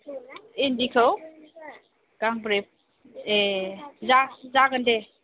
इन्दिखौ गांब्रै ए जागोन जागोन दे